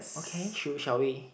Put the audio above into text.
okay should shall we